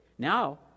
Now